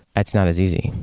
that's not as easy,